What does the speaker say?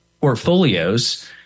portfolios